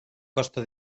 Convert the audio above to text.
costa